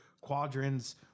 quadrants